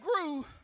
grew